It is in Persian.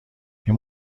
این